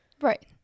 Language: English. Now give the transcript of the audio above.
Right